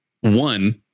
one